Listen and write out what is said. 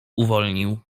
uwolnił